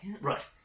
Right